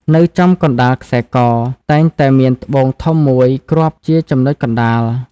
នៅចំកណ្តាលខ្សែក តែងតែមានត្បូងធំមួយគ្រាប់ជាចំណុចកណ្តាល។